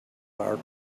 our